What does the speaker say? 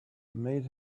made